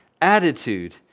attitude